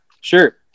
sure